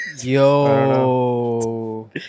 Yo